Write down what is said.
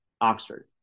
oxford